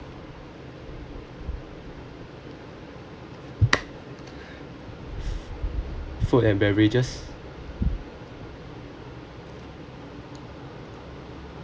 food and beverages